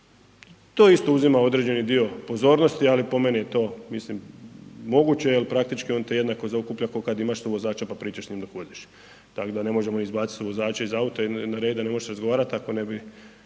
to isto uzima određeni dio pozornosti, ali po meni je to, mislim moguće jer praktički on te jednako zaokuplja kao kad imaš suvozača pa pričaš s njim dok voziš, tako da ne možemo izbaciti suvozača iz auta ili .../Govornik se ne razumije./... razgovarati ako ne bi